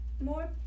more